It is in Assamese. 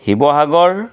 শিৱসাগৰ